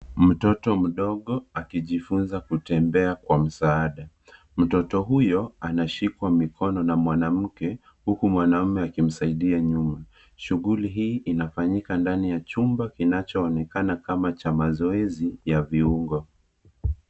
Mtoto mdogo akijifunza kutembea kwa msaada. Mtoto huyo anashikwa mikono na mwanamke, huku mwanamume akimsaidia nyuma. Shughuli hii inafanyika ndani ya chumba kinachoonekana kama cha mazoezi ya viungo.